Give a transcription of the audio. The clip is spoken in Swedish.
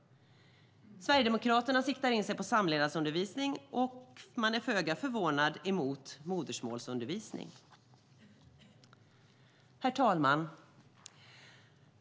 Sverigedemokraterna siktar in sig på samlevnadsundervisning, och man är - föga förvånande - emot modersmålsundervisning. Herr talman!